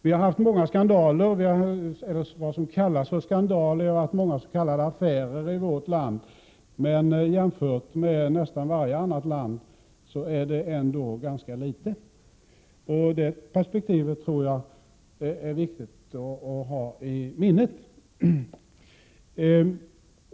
Vi har haft många vad man kallar skandaler och många s.k. affärer i vårt land, men jämfört med nästan varje annat land är det ändå ganska litet. Det perspektivet tror jag är viktigt att ha i minnet.